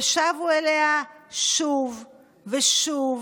ושבו אליה שוב ושוב